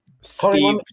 Steve